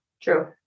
True